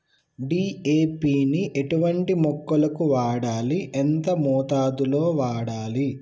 DAP ని ఎటువంటి మొక్కలకు వాడాలి? ఎంత మోతాదులో వాడాలి?